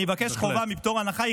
אני אבקש חובה מפטור הנחה.